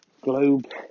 globe